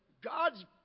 God's